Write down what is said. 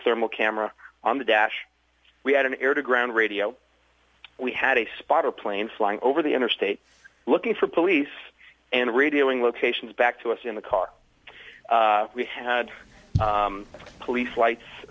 thermal camera on the dash we had an air to ground radio we had a spotter plane flying over the interstate looking for police and radioing locations back to us in the car we had police lights